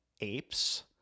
apes